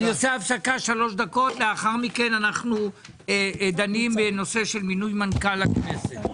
הפסקה שלוש דקות ולאחר מכן אנחנו דנים בנושא של מינוי מנכ"ל הכנסת.